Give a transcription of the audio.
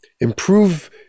improve